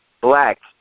Black